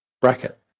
bracket